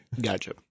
gotcha